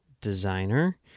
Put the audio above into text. designer